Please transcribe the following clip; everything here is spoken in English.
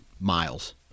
miles